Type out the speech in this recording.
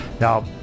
Now